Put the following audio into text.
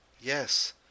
Yes